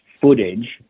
footage